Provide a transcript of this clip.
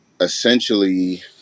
essentially